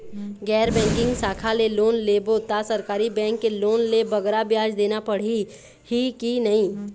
गैर बैंकिंग शाखा ले लोन लेबो ता सरकारी बैंक के लोन ले बगरा ब्याज देना पड़ही ही कि नहीं?